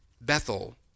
Bethel